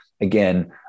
again